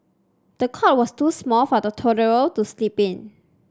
the cot was too small for the toddler to sleep in